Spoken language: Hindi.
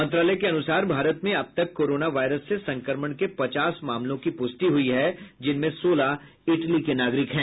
मंत्रालय के अनुसार भारत में अब तक कोरोना वायरस से संक्रमण के पचास मामलों की प्रष्टि हुई है जिनमें सोलह इटली के नागरिक हैं